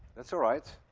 that's all right.